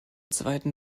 zweiten